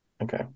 okay